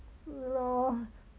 是 lor